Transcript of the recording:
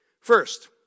First